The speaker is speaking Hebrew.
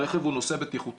רכב הוא נושא בטיחותי,